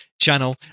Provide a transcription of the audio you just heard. channel